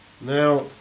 now